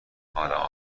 ادما